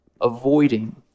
avoiding